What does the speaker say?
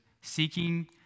Seeking